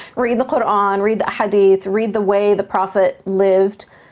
read the koran, read the hadith, read the way the prophet lived.